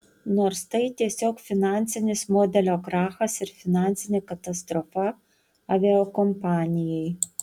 nors tai tiesiog finansinis modelio krachas ir finansinė katastrofa aviakompanijai